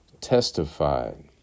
testified